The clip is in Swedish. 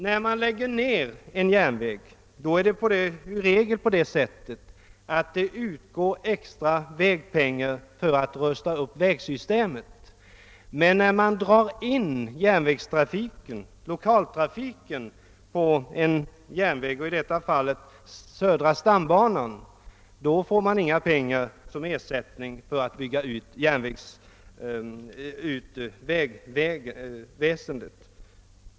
När man lägger ned en järnväg utgår i regel extra vägpengar för att rusta upp vägsystemet, men när man drar in lokaltrafiken på en järnväg, 1 detta fall södra stambanan, får man inga pengar som ersättning för att bygga ut vägnätet.